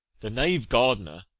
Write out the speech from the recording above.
the knave gardener,